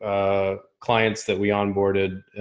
ah, clients that we onboarded,